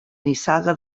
nissaga